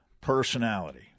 personality